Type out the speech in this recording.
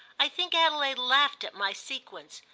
i think adelaide laughed at my sequence.